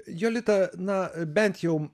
jolita na bent jau